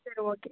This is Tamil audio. சரி ஓகே